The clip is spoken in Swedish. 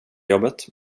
jobbet